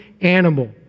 animal